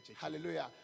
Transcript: hallelujah